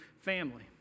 family